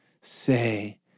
say